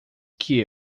que